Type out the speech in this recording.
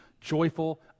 joyful